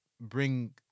bring